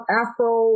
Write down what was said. afro